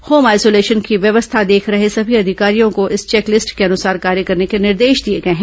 home isolation की व्यवस्था देख रहे सभी अधिकारियों को इस चेकलिस्ट के अनुसार कार्य करने के निर्देश दिए गए हैं